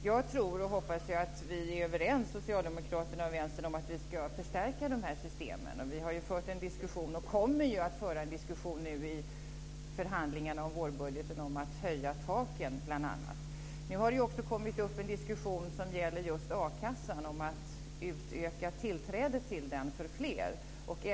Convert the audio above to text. Jag tror, och hoppas att vi mellan Socialdemokraterna och Vänstern är överens om, att vi ska förstärka de här systemen. Vi har ju fört en diskussion, och kommer att föra en diskussion nu i förhandlingarna om vårbudgeten, om att bl.a. höja taken. Nu har det också kommit upp en diskussion som gäller just a-kassan, att utöka tillträdet till den för fler.